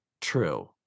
True